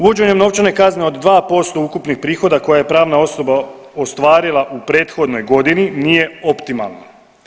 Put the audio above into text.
Uvođenjem novčane kazne od 2% ukupnih prihoda koja je pravna osoba ostvarila u prethodnoj godini nije optimalno.